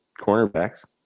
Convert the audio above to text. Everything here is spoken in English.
cornerbacks